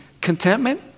contentment